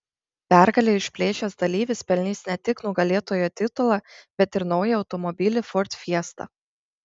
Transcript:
pergalę išplėšęs dalyvis pelnys ne tik nugalėtojo titulą bet ir naują automobilį ford fiesta